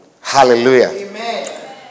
Hallelujah